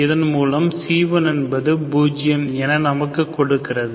இதன் மூலம் c1 என்பது 0 என நமக்கு கொடுக்கிறது